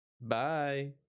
Bye